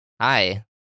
Hi